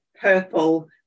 purple